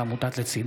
הוראת שעה),